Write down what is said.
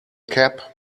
cap